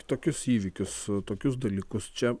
tokius įvykius tokius dalykus čia